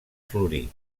florir